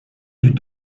dut